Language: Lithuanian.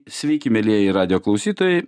sveiki mielieji radijo klausytojai